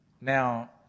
Now